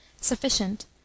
Sufficient